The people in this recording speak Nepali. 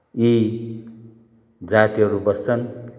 यी जातिहरू बस्छन्